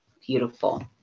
Beautiful